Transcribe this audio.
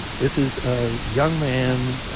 this is a young man,